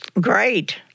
great